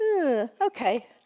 okay